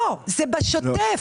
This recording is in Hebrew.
לא, זה בשוטף.